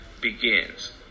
begins